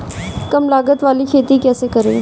कम लागत वाली खेती कैसे करें?